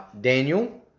Daniel